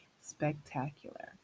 spectacular